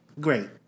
Great